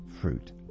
fruit